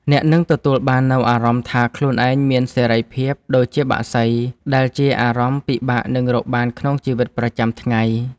អ្នកនឹងទទួលបាននូវអារម្មណ៍ថាខ្លួនឯងមានសេរីភាពដូចជាបក្សី ដែលជាអារម្មណ៍ពិបាកនឹងរកបានក្នុងជីវិតប្រចាំថ្ងៃ។